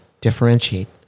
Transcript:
differentiate